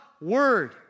word